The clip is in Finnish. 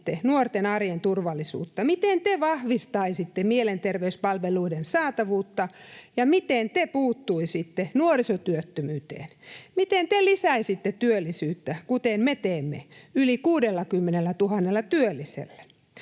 nuorten arjen turvallisuutta, miten te vahvistaisitte mielenterveyspalveluiden saatavuutta, ja miten te puuttuisitte nuorisotyöttömyyteen. Miten te lisäisitte työllisyyttä, kuten me teemme, yli 60 000 työllisellä?